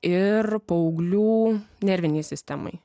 ir paauglių nervinei sistemai